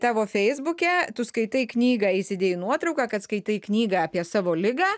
tavo feisbuke tu skaitai knygą įsidėjai nuotrauką kad skaitai knygą apie savo ligą